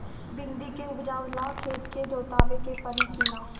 भिंदी के उपजाव ला खेत के जोतावे के परी कि ना?